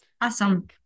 Awesome